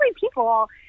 people